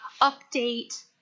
update